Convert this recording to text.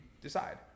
decide